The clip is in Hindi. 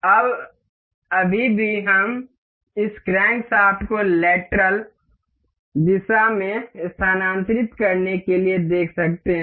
अब अभी भी हम इस क्रैंकशाफ्ट को लेटरल दिशा में स्थानांतरित करने के लिए देख सकते हैं